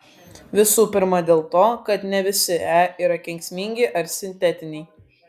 visų pirma dėl to kad ne visi e yra kenksmingi ar sintetiniai